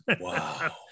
Wow